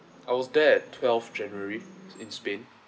I was there at twelfth january in spain